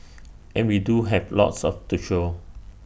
and we do have lots of to show